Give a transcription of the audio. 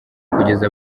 kugeza